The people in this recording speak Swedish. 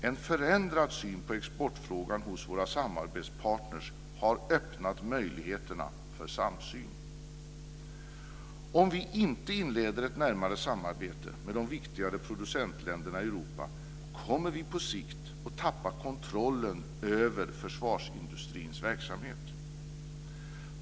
En förändrad syn på exportfrågan hos våra samarbetspartner har öppnat möjligheterna för samsyn. Om vi inte inleder ett närmare samarbete med de viktigare producentländerna i Europa kommer vi på sikt att tappa kontrollen över försvarsindustrins verksamhet.